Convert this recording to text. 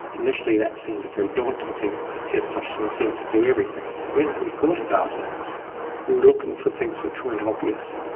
initially that seemed a very daunting thing because testosterone seemed to do everything. but then when we thought about it we were looking for things which weren't obvious.